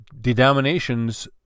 denominations